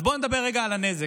אז בוא נדבר רגע על הנזק,